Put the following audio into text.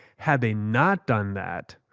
had they not done that,